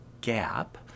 gap